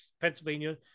Pennsylvania